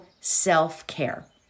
self-care